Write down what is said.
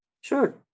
Sure